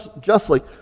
justly